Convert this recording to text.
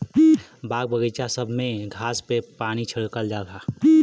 बाग बगइचा सब में घास पे पानी छिड़कल जाला